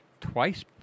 twice